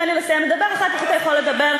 תן לי לסיים לדבר ואחר כך אתה יכול לדבר.